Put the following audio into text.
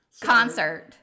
concert